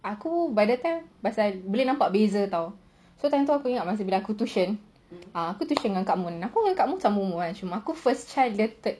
aku by the time kan boleh nampak beza [tau] so time tu aku ingat masa aku tuition ah aku tuition dengan kak mon kak mon sama umur kan cuma aku first child dia third